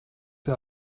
der